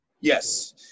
Yes